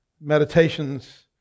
meditations